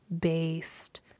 based